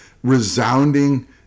resounding